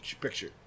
picture